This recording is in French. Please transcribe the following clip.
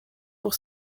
pour